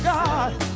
God